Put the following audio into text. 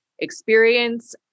experience